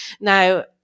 Now